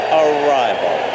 arrival